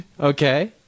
Okay